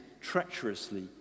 treacherously